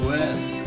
West